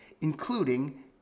including